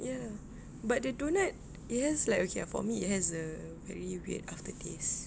ya but the doughnut it has like okay for me it has a very weird aftertaste